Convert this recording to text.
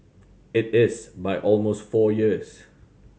it is by almost four years